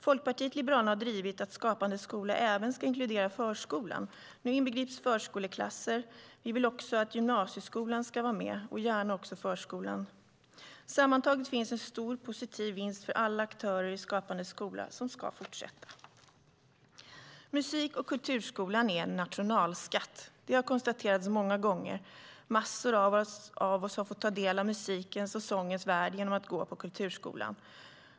Folkpartiet liberalerna har drivit att Skapande skola även ska inkludera förskolan. Nu inbegrips förskoleklasser. Vi vill att också gymnasieskolan ska vara med och gärna också förskolan. Sammantaget finns en stor positiv vinst för alla aktörer i Skapande skola som ska fortsätta. Musik och kulturskolan är en nationalskatt. Det har konstaterats många gånger. Massor av oss har fått ta del av musikens och sångens värld genom att gå på kulturskolan.